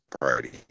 party